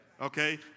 Okay